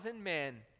men